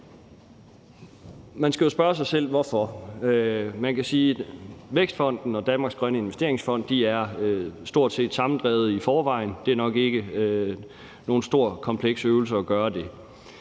Man skal jo spørge sig selv hvorfor. Man kan sige, at Vækstfonden og Danmarks Grønne Investeringsfond er stort set samdrevede i forvejen – det er nok ikke nogen stor, kompleks øvelse at gøre det.